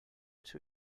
two